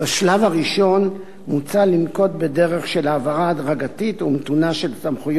בשלב הראשון מוצע לנקוט דרך של העברה הדרגתית ומתונה של סמכויות